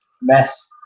mess